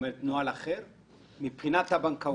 מבחינת הבנקאות?